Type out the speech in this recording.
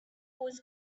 was